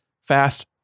fast